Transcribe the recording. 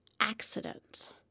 accident